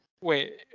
Wait